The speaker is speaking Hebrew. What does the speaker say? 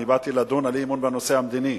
באתי לדון על אי-אמון בנושא המדיני,